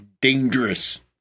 dangerous